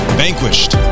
vanquished